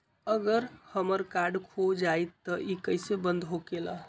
अगर हमर कार्ड खो जाई त इ कईसे बंद होकेला?